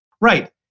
Right